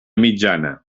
mitjana